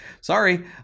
Sorry